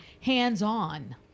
hands-on